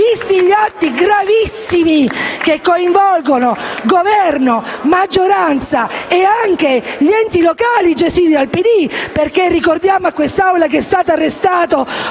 degli atti gravissimi che coinvolgono Governo, maggioranza e anche gli enti locali gestiti dal PD. Ricordiamo, infatti, a quest'Aula che è stato arrestato